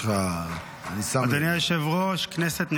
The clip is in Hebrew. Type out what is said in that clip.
אדוני היושב-ראש, כנסת נכבדה,